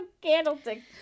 candlestick